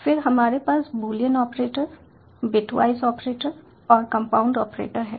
फिर हमारे पास बूलियन ऑपरेटर बिटवाइज़ ऑपरेटर और कंपाउंड ऑपरेटर हैं